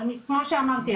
כמו שאמרתי,